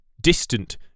distant